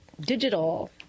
digital